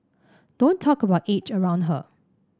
don't talk about age around her